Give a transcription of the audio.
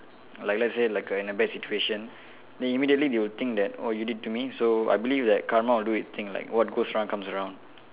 like let's say like a in a bad situation they immediately they will think that oh you did to me so I believe that Karma will do it thing like what goes around comes around